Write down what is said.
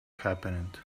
happened